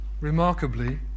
remarkably